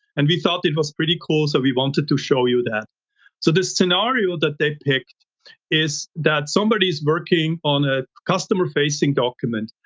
and we thought that was pretty cool, so we wanted to show you that. so this scenario that they picked is that somebody's working on a customer facing document.